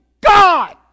God